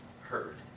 heard